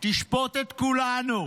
תשפוט את כולנו,